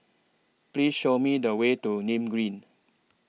Please Show Me The Way to Nim Green